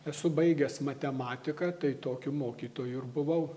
esu baigęs matematiką tai tokiu mokytoju ir buvau